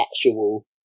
actual